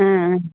ம் ம்